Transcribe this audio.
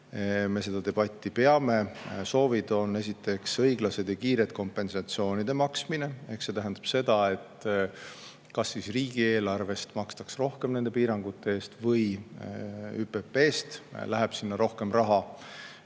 me seda debatti peame –, on esiteks õiglasem ja kiirem kompensatsioonide maksmine. See tähendab seda, et kas riigieelarvest makstakse rohkem nende piirangute eest või ÜPP‑st läheb sinna rohkem raha.